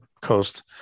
coast